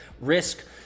risk